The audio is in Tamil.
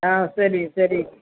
ஆ சரி சரி